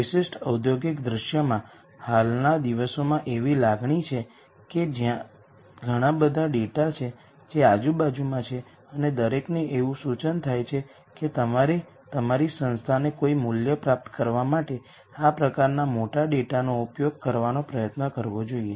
વિશિષ્ટ ઔદ્યોગિક દૃશ્યમાં હાલના દિવસોમાં એવી લાગણી છે કે ત્યાં ઘણા બધા ડેટા છે જે આજુબાજુમાં છે અને દરેકને એવું સૂચન થાય છે કે તમારે તમારી સંસ્થાને કોઈ મૂલ્ય પ્રાપ્ત કરવા માટે આ પ્રકારના મોટા ડેટાનો ઉપયોગ કરવાનો પ્રયત્ન કરવો જોઈએ